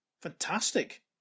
Fantastic